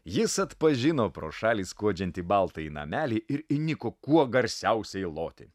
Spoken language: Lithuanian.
jis atpažino pro šalį skuodžiantį baltąjį namelį ir įniko kuo garsiausiai loti